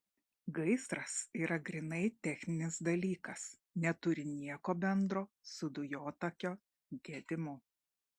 gaisras yra grynai techninis dalykas neturi nieko bendro su dujotakio gedimu